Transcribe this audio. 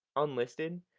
unlisted,